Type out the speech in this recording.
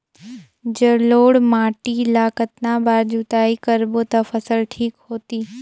जलोढ़ माटी ला कतना बार जुताई करबो ता फसल ठीक होती?